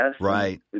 Right